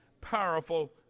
powerful